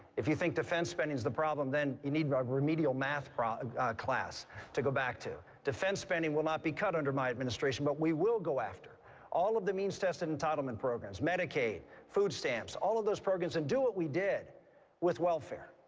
if you think defense spending is the problem, then you need a remedial math class to go back to. defense spending will not be cut under my administration, but we will go after all of the means-tested entitlement programs medicaid, food stamps, all of those programs and do what we did with welfare.